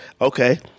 okay